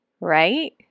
right